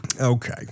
okay